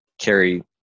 carry